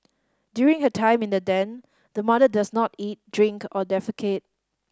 during her time in the den the mother does not eat drink or defecate